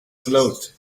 float